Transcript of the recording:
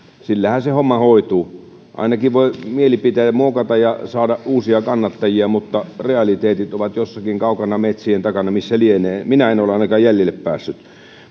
sillähän se homma hoituu ainakin voi mielipiteitä muokata ja saada uusia kannattajia mutta realiteetit ovat jossakin kaukana metsien takana missä lienevät minä en ole ainakaan jäljille päässyt